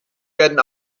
werden